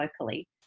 locally